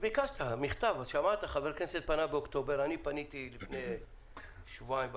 שמעת שחבר כנסת פנה באוקטובר ואני פניתי לפני שבועיים וחצי,